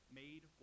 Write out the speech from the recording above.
made